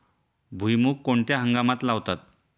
भुईमूग कोणत्या हंगामात लावतात?